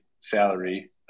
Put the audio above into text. salary